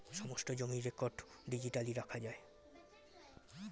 সমস্ত জমির record digitally রাখা যায়